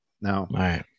now